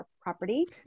property